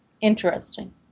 interesting